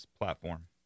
platform